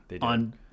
on